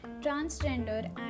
Transgender